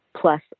plus